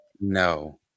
No